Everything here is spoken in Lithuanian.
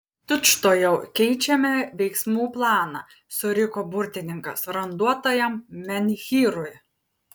tučtuojau keičiame veiksmų planą suriko burtininkas randuotajam menhyrui